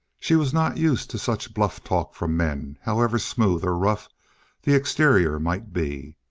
she was not used to such bluff talk from men, however smooth or rough the exterior might be.